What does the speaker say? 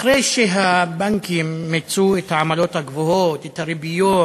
אחרי שהבנקים מיצו את העמלות הגבוהות, את הריביות